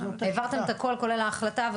העברתם את הכל כולל ההחלטה,